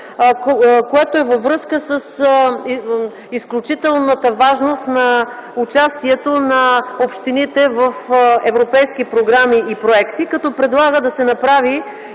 То е във връзка с изключителната важност на участието на общините в европейски програми и проекти, като предлага да се направи